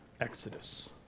exodus